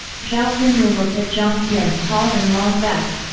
zhao qianru looked at jiang tian's tall and long back,